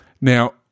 Now